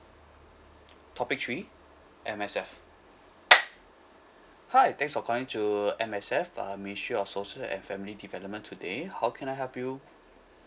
topic three M_S_F hi thanks for calling to M_S_F uh ministry of social and family development today how can I help you